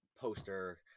poster